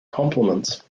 compliments